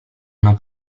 una